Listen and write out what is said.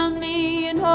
um me and